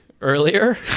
earlier